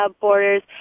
borders